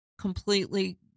completely